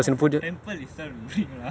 !wah! it was from temple itself you bring lah